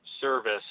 Service